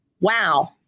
Wow